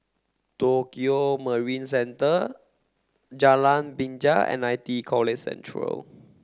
Tokio Marine Centre Jalan Binja and I T E College Central